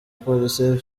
police